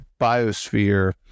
biosphere